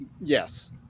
Yes